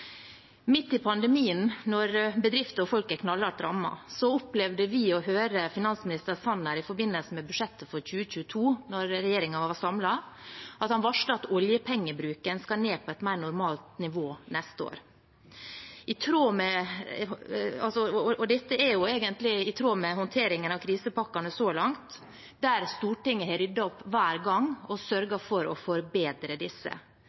Midt i pandemien, når bedrifter og folk er knallhardt rammet, opplevde vi å høre finansminister Sanner da regjeringen var samlet i forbindelse med budsjettet for 2022, varsle at oljepengebruken skal ned på et mer normalt nivå neste år. Dette er egentlig i tråd med håndteringen av krisepakkene så langt, der Stortinget har ryddet opp hver gang og sørget for å forbedre disse.